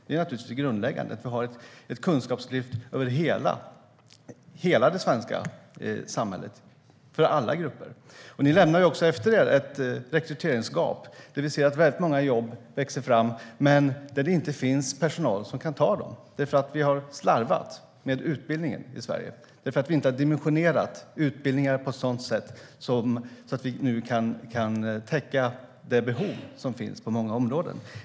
Det är det grundläggande för att ha ett kunskapslyft över hela det svenska samhället, för alla grupper. Ni lämnar efter er ett rekryteringsgap. Väldigt många jobb växer fram, men det finns inte personal som kan ta dem, för vi har slarvat med utbildningen i Sverige. Vi har inte dimensionerat utbildningar på ett sådant sätt att vi nu kan täcka de behov som finns på många områden.